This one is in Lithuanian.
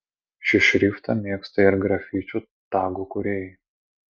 šį šriftą mėgsta ir grafičių tagų kūrėjai